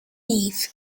leave